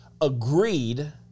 agreed